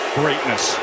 greatness